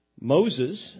Moses